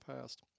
past